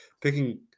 picking